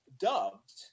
dubbed